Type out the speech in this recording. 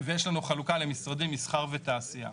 ויש לנו חלוקה למשרדים, מסחר ותעשייה.